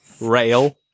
Rail